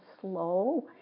slow